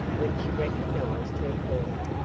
when she recognized her caller.